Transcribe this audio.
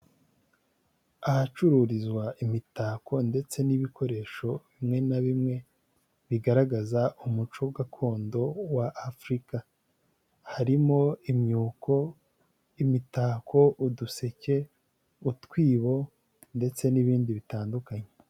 Ahacururizwa imitako ndetse n'ibikoresho bimwe na bimwe, bigaragaza umuco gakondo wa Afurika, harimo imyuko, imitako, uduseke, utwibo ndetse n'ibindi bitandukanye.